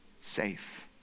safe